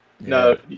No